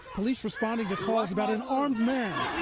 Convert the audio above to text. police responding to calls about an armed man,